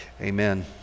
Amen